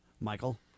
Michael